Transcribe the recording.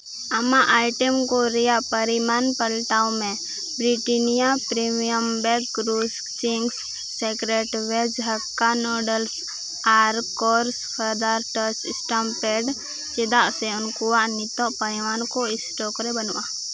ᱟᱢᱟᱜ ᱟᱭᱴᱮᱢ ᱠᱚ ᱨᱮᱭᱟᱜ ᱯᱟᱨᱤᱢᱟᱱ ᱯᱟᱞᱴᱟᱣ ᱢᱮ Britannia premium bake rusk Ching's secret ᱵᱷᱮᱡᱽ ᱦᱟᱠᱠᱟ ᱱᱩᱰᱩᱞᱥ ᱟᱨ Kores feather touch stamp pad ᱪᱮᱫᱟᱜ ᱥᱮ ᱩᱱᱠᱩᱣᱟᱜ ᱱᱤᱛᱳᱜ ᱯᱟᱨᱤᱢᱟᱱ ᱠᱚ ᱥᱴᱚᱠ ᱨᱮ ᱵᱟᱹᱱᱩᱜᱼᱟ